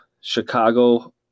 Chicago